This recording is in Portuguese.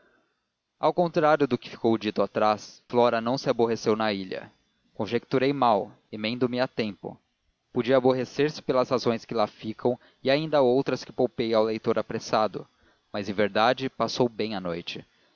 ao contrário do que ficou dito atrás flora não se aborreceu na ilha conjecturei mal emendo me a tempo podia aborrecer-se pelas razões que lá ficam e ainda outras que poupei ao leitor apressado mas em verdade passou bem a noite